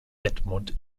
edmund